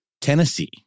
Tennessee